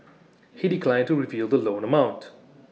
he declined to reveal the loan amount